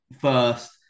first